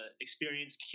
experience